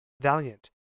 valiant